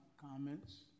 Comments